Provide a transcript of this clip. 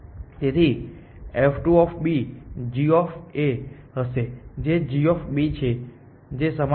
તેથી f2 g હશે જે g છે જે સમાન છે